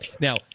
Now